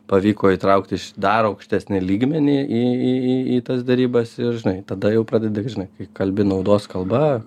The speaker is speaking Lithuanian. pavyko įtraukti iš dar aukštesnį lygmenį į į į į tas derybas ir žinai tada jau pradedi žinai kai kalbi naudos kalba